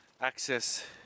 access